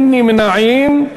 אין נמנעים.